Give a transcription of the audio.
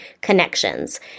connections